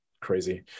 Crazy